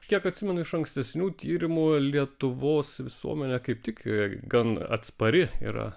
kiek atsimenu iš ankstesnių tyrimų lietuvos visuomenė kaip tik gan atspari yra